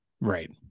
Right